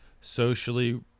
socially